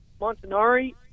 Montanari